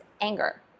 anger